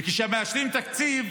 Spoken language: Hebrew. וכשמאשרים תקציב,